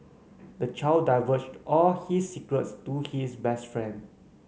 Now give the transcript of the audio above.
the child divulged all his secrets to his best friend